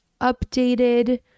updated